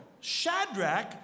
Shadrach